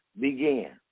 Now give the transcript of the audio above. began